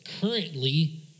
Currently